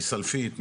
מסלפית,